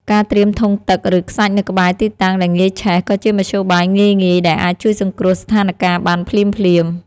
ការត្រៀមធុងទឹក ឬខ្សាច់នៅក្បែរទីតាំងដែលងាយឆេះក៏ជាមធ្យោបាយងាយៗដែលអាចជួយសង្គ្រោះស្ថានការណ៍បានភ្លាមៗ។